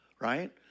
right